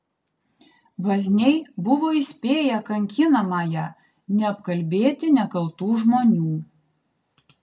vazniai buvo įspėję kankinamąją neapkalbėti nekaltų žmonių